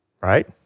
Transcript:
Right